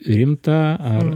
rimta ar